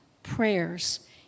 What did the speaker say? prayers